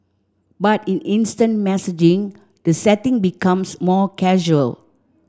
but in instant messaging the setting becomes more casual